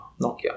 Nokia